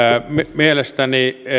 mielestäni